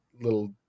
little